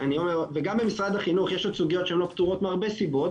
וגם במשרד החינוך יש עוד סוגיות שלא פתורות מהרבה סיבות,